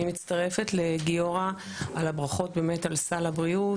אני מצטרפת לגיורא על הברכות באמת על סל הבריאות.